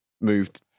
moved